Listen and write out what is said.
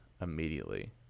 immediately